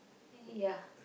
ya